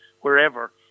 wherever